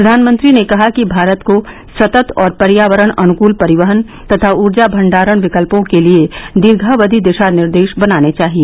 प्रधानमंत्री ने कहा कि भारत को सतत और पर्यावरण अनुकल परिवहन तथा ऊर्जा भंडारण विकल्पों के लिए दीर्घावधि दिशानिर्देश बनाने चाहिए